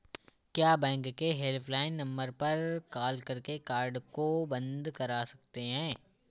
क्या बैंक के helpline number पर कॉल करके कार्ड को बंद करा सकते हैं?